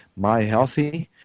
myhealthy